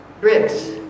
bricks